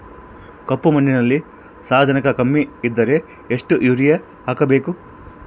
ಕಪ್ಪು ಮಣ್ಣಿನಲ್ಲಿ ಸಾರಜನಕ ಕಮ್ಮಿ ಇದ್ದರೆ ಎಷ್ಟು ಯೂರಿಯಾ ಹಾಕಬೇಕು?